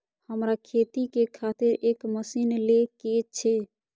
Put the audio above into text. हमरा खेती के खातिर एक मशीन ले के छे?